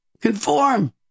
Conform